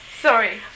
Sorry